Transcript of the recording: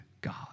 God